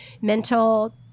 mental